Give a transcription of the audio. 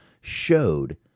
showed